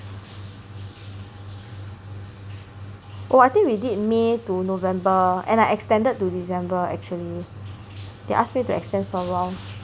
oh You think we did May to November and I extended to December actually they ask me to extend for a while